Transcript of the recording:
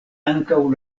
ankaŭ